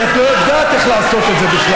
כי את לא יודעת איך לעשות את זה בכלל.